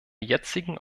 jetzigen